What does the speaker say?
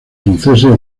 franceses